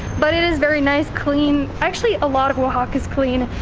but it is very nice, clean. actually a lot of oaxaca is clean,